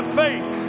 faith